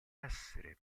essere